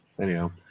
Anyhow